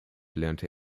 lernte